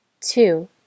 two